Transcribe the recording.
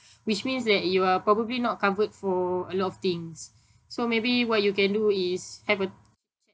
which means that you are probably not covered for a lot of things so maybe what you can do is have a chat